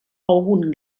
algun